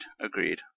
Agreed